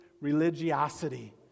religiosity